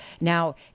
Now